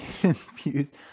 confused